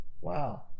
Wow